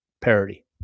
parody